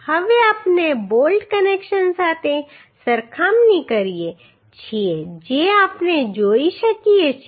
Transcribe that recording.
હવે આપણે bolt connection સાથે સરખામણી કરીએ છીએ જે આપણે જોઈ શકીએ છીએ